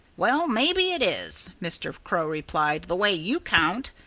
well maybe it is, mr. crow replied the way you count.